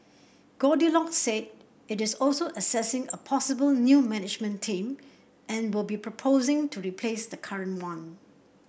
Goldilocks said it is also assessing a possible new management team and will be proposing to replace the current one